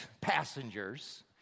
passengers